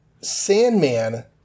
Sandman